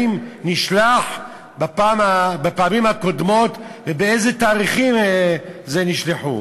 האם נשלח בפעמים הקודמות ובאיזה תאריכים זה נשלח.